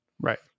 right